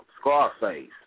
Scarface